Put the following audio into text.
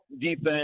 defense